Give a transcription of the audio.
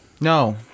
No